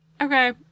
Okay